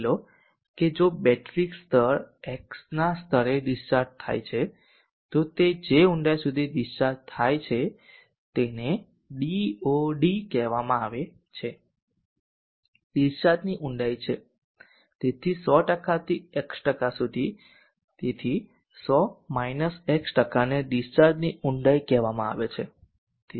માની લો કે જો બેટરી સ્તર x ના સ્તરે ડીસ્ચાર્જ થાય છે તો તે જે ઊંડાઈ સુધી ડીસ્ચાર્જ થાત છે તેને DoD કહેવામાં આવે છે ડીસ્ચાર્જ ની ઊંડાઈ છે તેથી 100 થી X સુધી તેથી 100 X ને ડીસ્ચાર્જની ઊંડાઈ કહેવામાં આવે છે